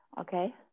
Okay